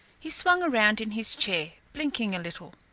he swung around in his chair, blinking a little.